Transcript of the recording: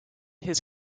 his